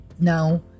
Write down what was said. Now